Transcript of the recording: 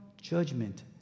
judgment